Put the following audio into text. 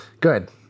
Good